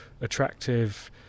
attractive